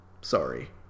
Sorry